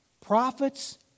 prophets